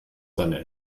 seine